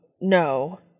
no